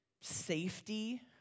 safety